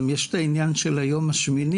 גם יש את העניין של היום השמיני,